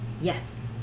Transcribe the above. yes